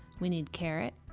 we need carrot,